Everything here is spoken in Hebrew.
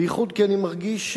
בייחוד כי אני מרגיש,